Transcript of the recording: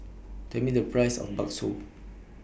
Tell Me The Price of Bakso